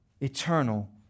Eternal